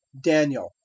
Daniel